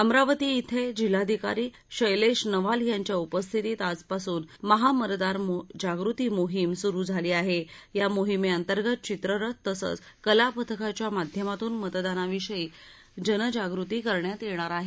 अमरावती श्रे जिल्हाधिकारी शैलेश नवाल यांच्या उपस्थितीत आजपासून महामतदार जागृती मोहिम सुरु झाली आहे या मोहिमेअंतर्गत चित्ररथ तसंच कलापथकाच्या माध्यमातून मतदानाविषयी जनजागृती करण्यात येणार आहे